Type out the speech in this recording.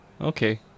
Okay